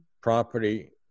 property